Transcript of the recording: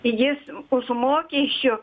jis už mokesčių